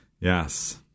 Yes